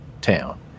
town